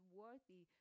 worthy